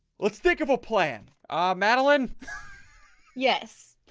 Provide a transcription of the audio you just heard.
let's sick of a plan ah madeline yes,